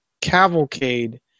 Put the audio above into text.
cavalcade